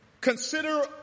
consider